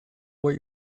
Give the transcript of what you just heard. what